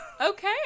Okay